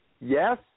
Yes